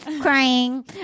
crying